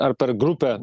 ar per grupę